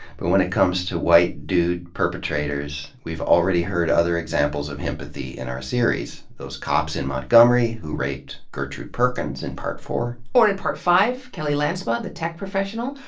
but when it comes to white dude perpetrators, we've already heard other examples of himpathy in our series. those cops in montgomery who raped gertrude perkins, from part four. or in part five, kelly lanspa, the tech professional.